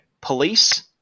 police